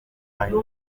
ari